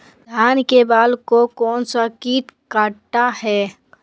धान के बाल को कौन सा किट काटता है?